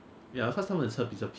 win out the inflation rate [what]